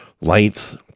Lights